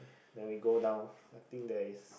then we go down I think there's